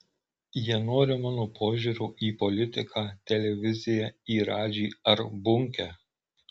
jie nori mano požiūrio į politiką televiziją į radžį ar bunkę